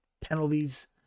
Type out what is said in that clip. penalties